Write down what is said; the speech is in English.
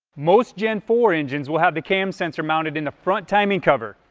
most gen four engines will have the cam sensor mounted in the front timing cover,